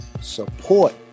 support